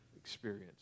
experience